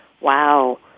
Wow